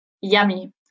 Yummy